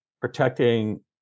protecting